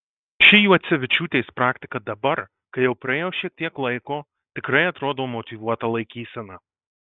ši juocevičiūtės praktika dabar kai jau praėjo šiek tiek laiko tikrai atrodo motyvuota laikysena